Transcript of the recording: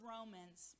Romans